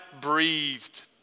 breathed